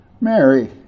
Mary